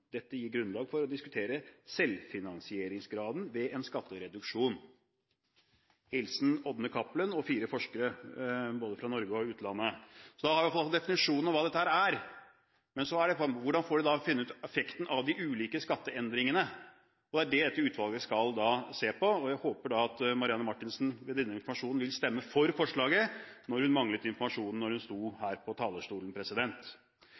Dette gir grunnlag for å diskutere «selvfinansieringsgraden» ved en skattereduksjon.» Det er en hilsen fra Ådne Cappelen og fire forskere fra både Norge og utlandet. Da har vi iallfall definisjonen på hva dette er. Men hvordan får man da finne ut effekten av de ulike skatteendringene? Det er det dette utvalget skal se på. Jeg håper derfor at Marianne Marthinsen ut fra denne informasjonen vil stemme for forslaget, ettersom hun manglet informasjonen da hun